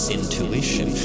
intuition